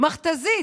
מכת"זית,